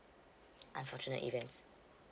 unfortunate events